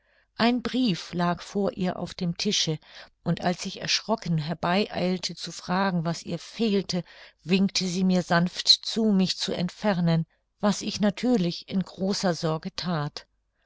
ein brief lag vor ihr auf dem tische und als ich erschrocken herbei eilte zu fragen was ihr fehle winkte sie mir sanft zu mich zu entfernen was ich natürlich in großer sorge that